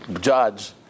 judge